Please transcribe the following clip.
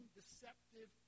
deceptive